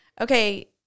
Okay